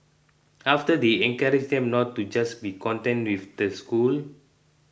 after they encourage them not to just be content with the school